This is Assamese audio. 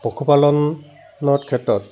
পশুপালনত ক্ষেত্ৰত